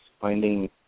finding